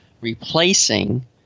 replacing